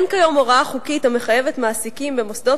כיום אין הוראה חוקית המחייבת מעסיקים במוסדות